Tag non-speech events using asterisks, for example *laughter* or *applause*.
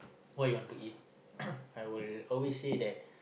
what you want to eat *coughs* I will always say that